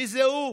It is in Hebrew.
מי זה "הוא"?